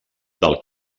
del